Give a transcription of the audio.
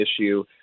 issue